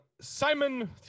Simon